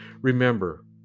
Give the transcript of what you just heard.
Remember